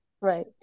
right